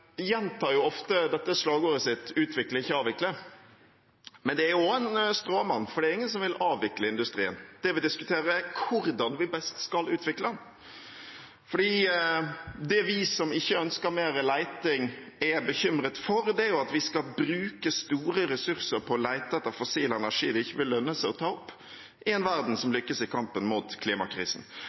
ofte dette slagordet sitt, utvikle, ikke avvikle, men det er også en stråmann, for det er ingen som vil avvikle industrien. Det vi diskuterer, er hvordan vi best skal utvikle den. For det vi som ikke ønsker mer leting, er bekymret for, er at vi skal bruke store ressurser på å lete etter fossil energi det ikke vil lønne seg å ta opp i en verden som lykkes i kampen mot klimakrisen,